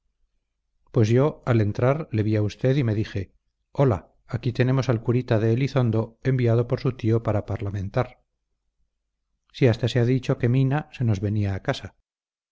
pues yo al entrar le vi a usted y me dije hola aquí tenemos al curita de elizondo enviado por su tío para parlamentar si hasta se ha dicho que mina se nos venía a casa